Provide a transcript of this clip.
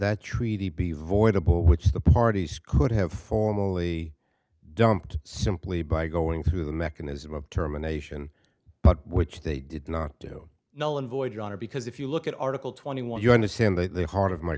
that treaty be voidable which the parties could have formally dumped simply by going through the mechanism of terminations but which they did not know and void your honor because if you look at article twenty one you understand that the heart of my